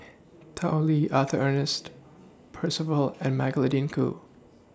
Tao Li Arthur Ernest Percival and Magdalene Khoo